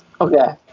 Okay